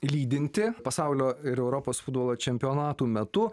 lydinti pasaulio ir europos futbolo čempionatų metu